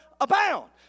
abound